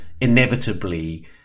inevitably